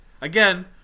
again